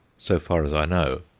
so far as i know,